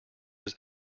was